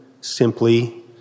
simply